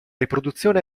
riproduzione